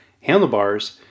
handlebars